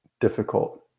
difficult